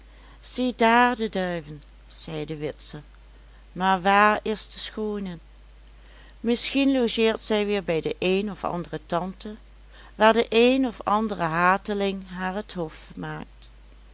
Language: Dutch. ziedaar de duiven zeide witse maar waar is de schoone misschien logeert zij weer bij de eene of andere tante waar de een of andere hateling haar het hof maakt